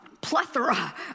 plethora